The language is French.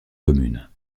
communes